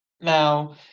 now